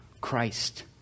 Christ